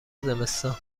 زمستان